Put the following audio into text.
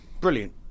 brilliant